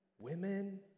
women